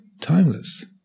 timeless